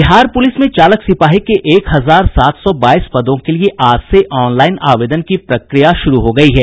Bihar police में चालक सिपाही के एक हजार सात सौ बाईस पदों के लिए आज से ऑनलाईन आवेदन की प्रक्रिया शुरू हो गयी है